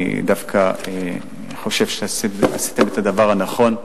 אני דווקא חושב שעשיתם את הדבר הנכון.